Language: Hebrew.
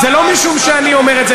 זה לא משום שאני אומר את זה,